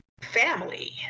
family